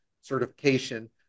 certification